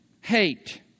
hate